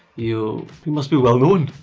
you you must be well known!